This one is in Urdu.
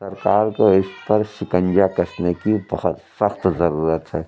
سرکار کو اس پر شکنجہ کسنے کی بہت سخت ضرورت ہے